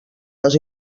les